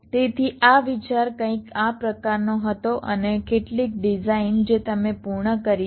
તેથી આ વિચાર કંઈક આ પ્રકારનો હતો અને કેટલીક ડિઝાઇન જે તમે પૂર્ણ કરી છે